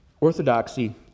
orthodoxy